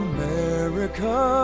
America